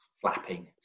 flapping